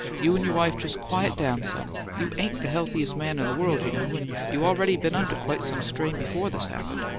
you and your wife just quiet down some. you ain't the healthiest man in the world, you know, and you already been under quite some strain before this happened.